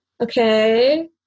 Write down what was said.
Okay